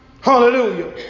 Hallelujah